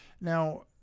Now